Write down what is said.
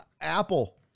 Apple